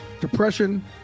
Depression